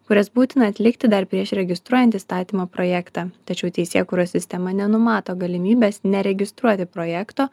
kurias būtina atlikti dar prieš registruojant įstatymo projektą tačiau teisėkūros sistema nenumato galimybės neregistruoti projekto